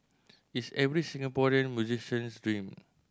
it's every Singaporean musician's dream